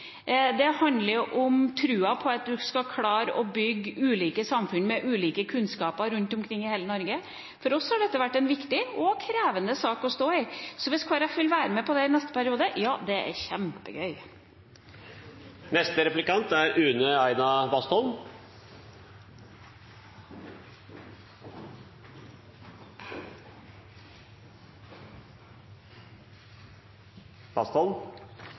Det handler om troen på at man skal klare å bygge ulike samfunn med ulike kunnskaper rundt omkring i hele Norge. For oss har dette vært en viktig og krevende sak å stå i. Så hvis Kristelig Folkeparti vil være med på dette i neste periode, er det kjempegøy! Jeg gleder meg veldig til å samarbeide de neste